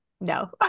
no